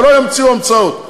ולא ימציאו המצאות.